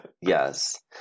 Yes